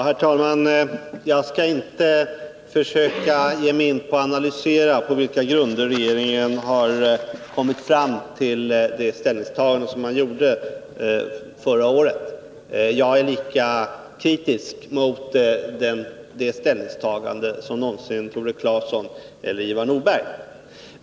Herr talman! Jag skall inte försöka ge mig in på att analysera på vilka grunder regeringen kom fram till ställningstagandet förra året. Jag är lika kritisk mot det ställningstagandet som någonsin Tore Claeson eller Ivar Nordberg.